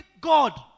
God